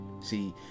See